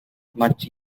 much